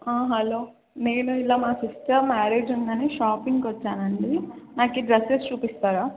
hello నేను ఇలా మా సిస్టర్ మ్యారేజ్ ఉందని షాపింగ్కి వచ్చాను అండి నాకు డ్రస్సెస్ చూపిస్తారా